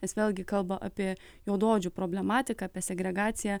nes vėl gi kalba apie juodaodžių problematiką apie segregaciją